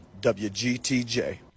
WGTJ